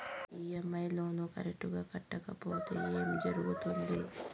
EMI loan correct గా కట్టకపోతే ఏం జరుగుతుంది